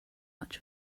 much